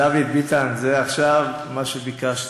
דוד ביטן, זה עכשיו מה שביקשת.